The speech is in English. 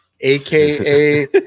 aka